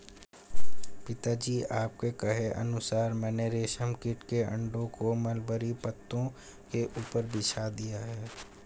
पिताजी आपके कहे अनुसार मैंने रेशम कीट के अंडों को मलबरी पत्तों के ऊपर बिछा दिया है